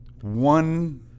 one